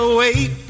wait